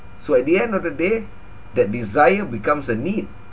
so at the end of the day that desire becomes a need